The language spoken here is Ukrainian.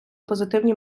позитивні